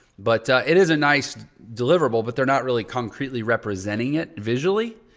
but it is a nice deliverable but they're not really concretely representing it visually.